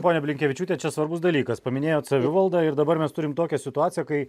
ponia blinkevičiūte čia svarbus dalykas paminėjot savivaldą ir dabar mes turim tokią situaciją kai